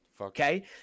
Okay